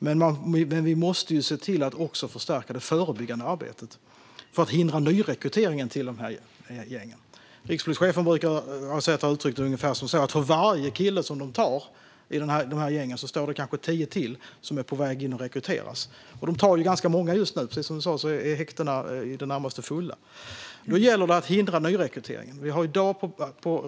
Men vi måste se till att också förstärka det förebyggande arbetet för att hindra nyrekryteringen till gängen. Rikspolischefen brukar uttrycka det som att för varje kille i de här gängen som polisen tar står det kanske tio till som är på väg att rekryteras. Och polisen tar ganska många just nu - som frågeställaren sa är häktena i det närmaste fulla. Nu gäller det att hindra nyrekrytering.